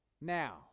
now